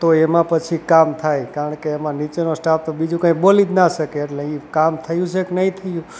તો એમાં પછી કામ થાય કારણ કે એમાં નીચેનો સ્ટાફ તો બીજું કંઈ બોલી જ ન શકે એટલે એ કામ થયું છે કે નહીં થયું